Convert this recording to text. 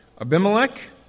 Abimelech